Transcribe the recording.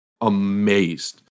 amazed